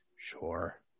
Sure